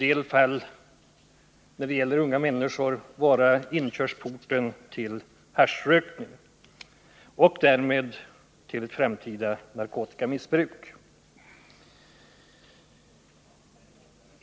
Tobaksrökning kan när det gäller de unga i en del fall vara inkörsporten till haschrökning och därmed till framtida narkotikamissbruk.